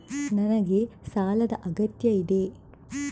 ನನಗೆ ಸಾಲದ ಅಗತ್ಯ ಇದೆ?